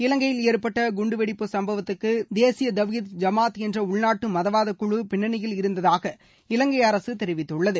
இலங்கையில் ஏற்பட்ட குண்டுவெடிப்பு சுப்பவத்துக்கு தேசிய தவ்ஹீத் ஜமாத் என்ற உள்நாட்டு மதவாதக்குழு பின்னணியில் இருந்ததாக இலங்கை அரசு தெரிவித்துள்ளது